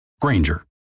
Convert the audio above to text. Granger